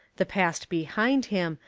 the past behind him,